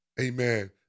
Amen